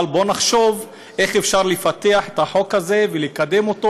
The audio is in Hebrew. אבל בואו נחשוב איך אפשר לפתח את החוק הזה ולקדם אותו